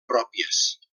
pròpies